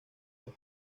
dos